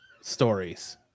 stories